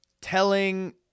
telling